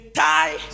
tie